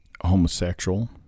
homosexual